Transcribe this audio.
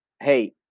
hey